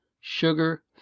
Sugar